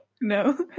No